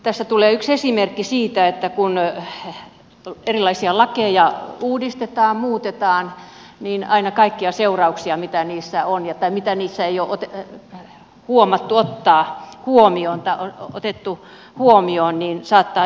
tässä tulee yksi esimerkki siitä että kun erilaisia lakeja uudistetaan muutetaan niin aina kaikkia seurauksia mitä niissä on ei ole huomattu ottaa huomioon tai otettu huomioon